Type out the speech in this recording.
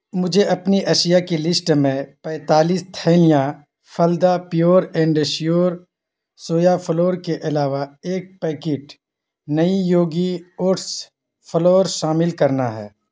مجھے اپنی اشیاء کی لسٹ میں پینتالیس تھیلیاں Phalada pure and sure soya flour کے علاوہ ایک پیکٹ نئی یوگی اوٹس فلور شامل کرنا ہے